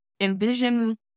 envision